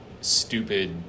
stupid